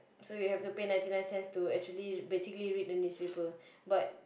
so you have to pay ninety nine cents to actually basically read the newspaper but